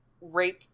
rape